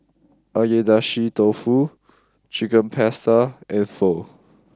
Agedashi Dofu Chicken Pasta and Pho